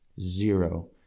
zero